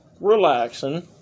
relaxing